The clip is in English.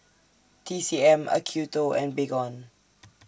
T C M Acuto and Baygon